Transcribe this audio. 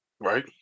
Right